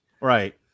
Right